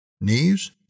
Knees